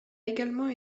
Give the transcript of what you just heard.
également